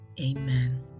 Amen